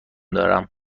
دارم